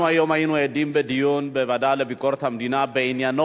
אנחנו היום היינו עדים לדיון בוועדה לביקורת המדינה בעניינו